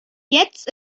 jetzt